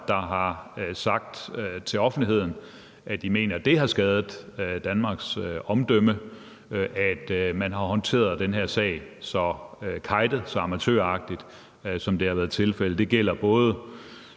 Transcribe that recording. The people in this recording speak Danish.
der har sagt til offentligheden, altså at de mener, at det har skadet Danmarks omdømme, at man har håndteret den her sag så kejtet og så amatøragtigt, som det har været tilfældet. Det gælder både